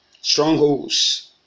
strongholds